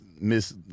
Miss